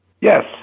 yes